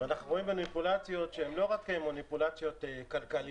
אנחנו רואים מניפולציות שהם לא רק מניפולציות כלכליות.